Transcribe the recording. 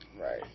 Right